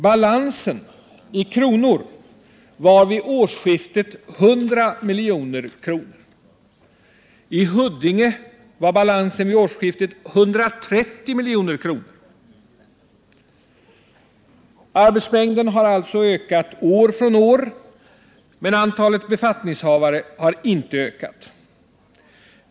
Balansen i kronor var vid årsskiftet 100 milj.kr. I Huddinge var balansen vid årsskiftet 130 milj.kr. Arbetsmängden har alltså ökat år från år, men antalet befattningshavare har inte ökat.